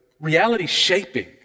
reality-shaping